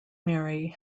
marry